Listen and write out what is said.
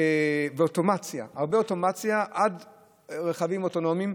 ואוטומציה, הרבה אוטומציה עד רכבים אוטונומיים,